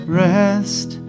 rest